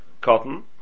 cotton